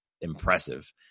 impressive